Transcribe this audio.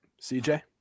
CJ